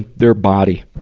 their body.